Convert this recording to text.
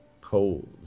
Cold